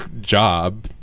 job